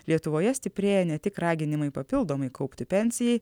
lietuvoje stiprėja ne tik raginimai papildomai kaupti pensijai